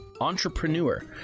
entrepreneur